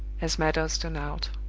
as matters turn out?